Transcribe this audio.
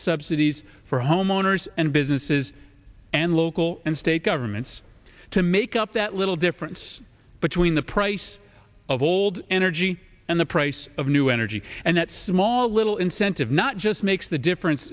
subsidies for homeowners and businesses and local and state governments to make up that little difference between the price of old energy and the price of new energy and that small little incentive not just makes the difference